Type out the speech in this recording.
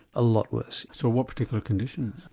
a lot worse. so what particular conditions?